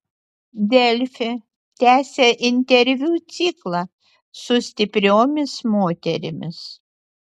delfi tęsia interviu ciklą su stipriomis moterimis